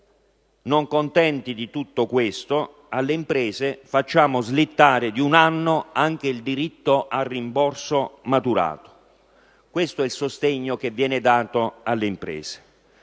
non contenti di tutto questo, alle imprese fate slittare di un anno anche il diritto al rimborso maturato: questo è il sostegno che viene dato alle imprese.